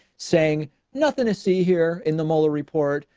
saying nothing to see here in the molar report.